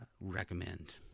recommend